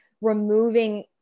removing